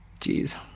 Jeez